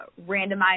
randomized